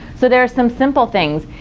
so there are some simple things.